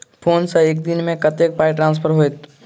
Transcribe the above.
Phone सँ एक दिनमे कतेक पाई ट्रान्सफर होइत?